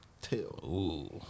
Tell